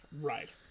Right